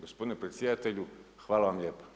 Gospodine predsjedatelju hvala vam lijepa.